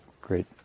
great